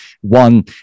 one